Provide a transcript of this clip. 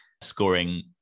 scoring